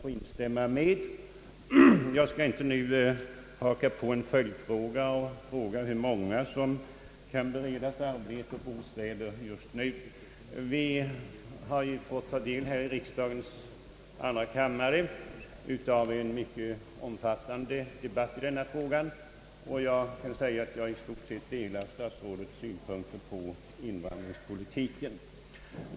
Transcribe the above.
Jag skall inte, hur frestande det än vore, haka på en följdfråga om hur många som kan beredas arbete och bostäder just nu, Från riksdagens andra kammare har vi fått ta del av en mycket omfattande debatt i denna fråga, och jag delar i stort sett statsrådets synpunkter på invandringspoltiken.